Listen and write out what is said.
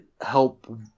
help